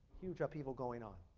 huge upheaval going on.